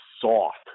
soft